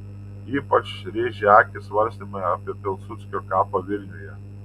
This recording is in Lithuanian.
ypač rėžia akį svarstymai apie pilsudskio kapą vilniuje